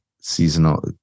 seasonal